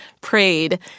prayed